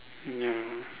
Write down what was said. ya